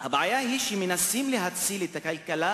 הבעיה היא שמנסים להציל את הכלכלה